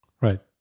right